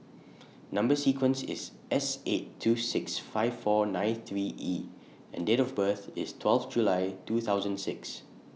Number sequence IS S eight two six five four nine three E and Date of birth IS twelve July two thousand and six